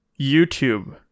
YouTube